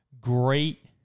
great